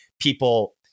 people